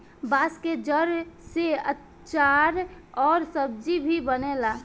बांस के जड़ से आचार अउर सब्जी भी बनेला